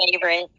favorite